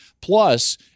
Plus